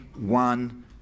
one